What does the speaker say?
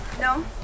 No